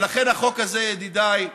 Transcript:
ולכן, החוק הזה, ידידיי,